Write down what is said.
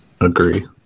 agree